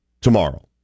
tomorrow